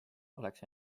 oleks